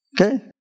Okay